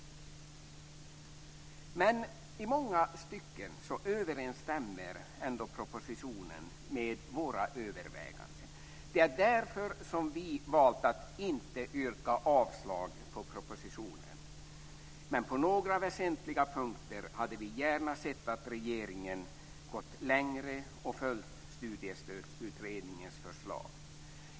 I många stycken överensstämmer ändå propositionen med våra överväganden. Det är därför vi har valt att inte yrka avslag på propositionen. Men på några väsentliga punkter hade vi gärna sett att regeringen hade gått längre och följt Studiestödsutredningens förslag.